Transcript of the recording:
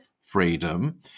freedom